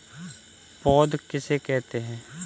पौध किसे कहते हैं?